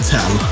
Tell